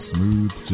Smooth